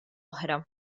oħra